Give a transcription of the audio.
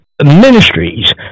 Ministries